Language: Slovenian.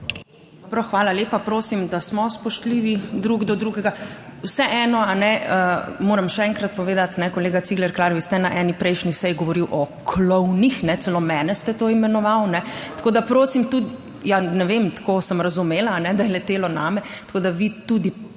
hvala lepa. Prosim, da smo spoštljivi drug do drugega, vseeno, kajne, moram še enkrat povedati, kolega Cigler Kralj, vi ste na eni prejšnjih sej govoril o klovnih, celo mene ste to imenoval, tako da prosim tudi, / oglašanje iz dvorane/ ja, ne vem, tako sem razumela, da je letelo name, tako da vi tudi